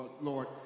Lord